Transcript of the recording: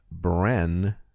Bren